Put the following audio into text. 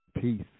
peace